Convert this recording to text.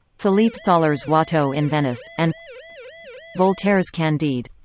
philippe sollers' watteau in venice, and voltaire's candide.